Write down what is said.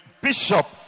Bishop